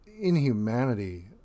inhumanity